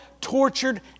tortured